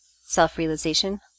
self-realization